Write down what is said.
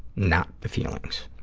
not the feelings.